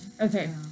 Okay